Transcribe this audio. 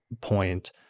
point